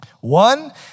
One